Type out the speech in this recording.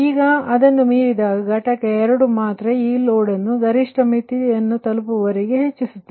ಈಗ ಅದನ್ನು ಮೀರಿದಾಗ ಘಟಕ ಎರಡು ಮಾತ್ರ ಈ ಲೋಡ್ ನ್ನು ಗರಿಷ್ಠ ಮಿತಿಯನ್ನು ತಲುಪುವವರೆಗೆ ಹೆಚ್ಚಿಸುತ್ತದೆ